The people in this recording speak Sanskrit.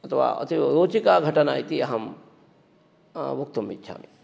अथवा अतिरोचकघटना इति अहं वक्तुम् इच्छामि